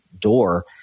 door